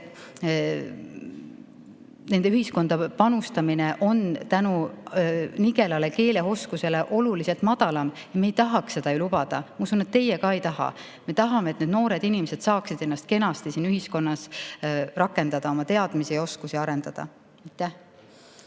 Nende ühiskonda panustamine on nigela keeleoskuse tõttu oluliselt madalam. Me ei tahaks seda ju lubada. Ma usun, et teie ka ei taha. Me tahame, et need noored inimesed saaksid ennast kenasti siin ühiskonnas rakendada, oma teadmisi ja oskusi arendada.